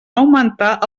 augmentar